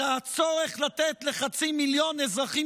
על הצורך לתת לחצי מיליון אזרחים